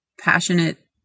passionate